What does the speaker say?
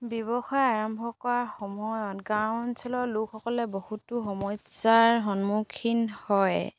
ব্যৱসায় আৰম্ভ কৰাৰ সময়ত গাঁও অঞ্চলৰ লোকসকলে বহুতো সমস্যাৰ সন্মুখীন হয়